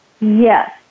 Yes